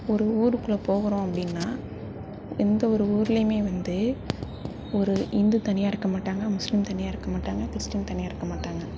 ஒரு ஊருக்குள்ள போகிறோம் அப்படின்னா எந்த ஒரு ஊர்லையுமே வந்து ஒரு இந்து தனியாக இருக்கமாட்டாங்கள் முஸ்லிம் தனியாக இருக்கமாட்டாங்கள் கிறிஸ்டீன் தனியாக இருக்க மாட்டாங்கள்